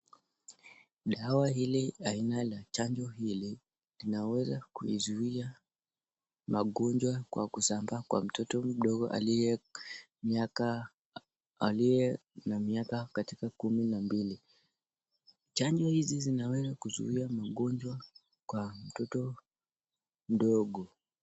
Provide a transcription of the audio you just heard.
Dawa hili aina la chanjo hili, linaweza kuizuia magonjwa kwa kusambaa kwa mtoto mdogo aliye na miaka katika kumi na mbili. Chanjo hizi zinaweza kuzuia magonjwa kwa mtoto mdogo.